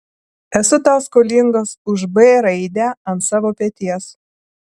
esu tau skolingas už b raidę ant savo peties